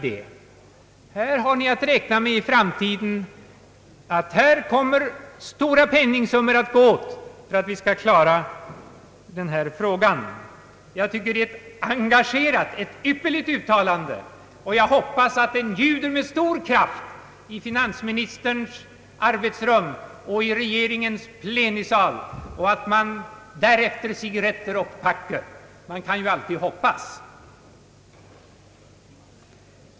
Ni har att i framtiden räkna med att stora penningsummor kommer att gå åt för att vi skall kunna lösa denna fråga. Jag tycker det är ett engagerat, ett ypperligt uttalande. Jag hoppas att det ljuder med stor kraft i finansministerns arbetsrum och i regeringens plenisal — »det rätter och packer eder efter!» Vi kan ju alltid hoppas.